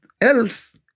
else